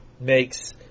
makes